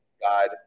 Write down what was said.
God